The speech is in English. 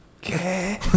Okay